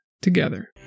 together